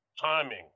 timing